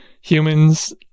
Humans